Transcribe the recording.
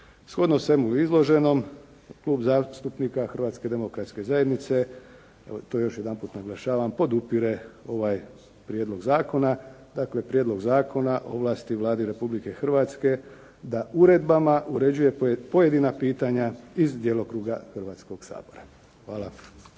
Shodno svemu izloženom, Klub zastupnika Hrvatske demokratske zajednice, to još jedanput naglašavam, podupire ovaj prijedlog zakona, dakle Prijedlog zakona ovlasti Vladi Republike Hrvatske da uredbama uređuje pojedina pitanja iz djelokruga Hrvatskog sabora. Hvala.